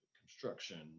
construction